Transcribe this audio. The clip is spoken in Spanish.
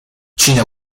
china